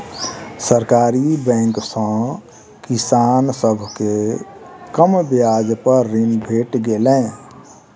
सरकारी बैंक सॅ किसान सभ के कम ब्याज पर ऋण भेट गेलै